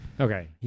Okay